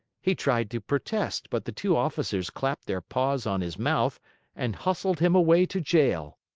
he tried to protest, but the two officers clapped their paws on his mouth and hustled him away to jail.